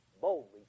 boldly